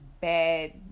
bad